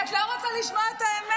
כי את לא רוצה לשמוע את האמת.